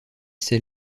s’est